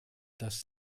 dass